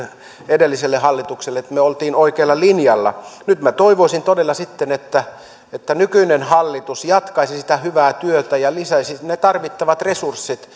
edelliselle hallitukselle että me olimme oikealla linjalla nyt minä toivoisin todella että nykyinen hallitus jatkaisi sitä hyvää työtä ja lisäisi ne tarvittavat resurssit